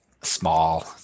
Small